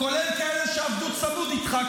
כולל כאלה שעבדו צמוד איתך,